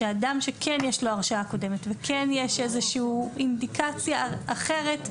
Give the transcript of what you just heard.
שאדם שכן יש לו הרשעה קודמת וכן יש איזושהי אינדיקציה אחרת,